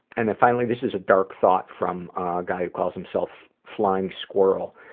and then finally this is a dark thought from a guy who calls himself flying squirrel.